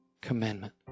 commandment